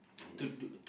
yes